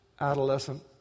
adolescent